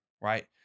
right